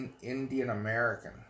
Indian-American